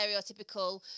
stereotypical